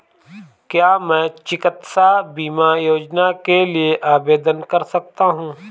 क्या मैं चिकित्सा बीमा योजना के लिए आवेदन कर सकता हूँ?